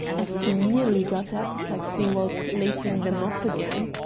as he nearly got apoplexy whilst lacing them up again.